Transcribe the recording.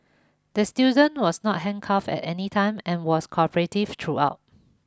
the student was not handcuffed at any time and was cooperative throughout